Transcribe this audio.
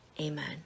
amen